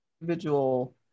individual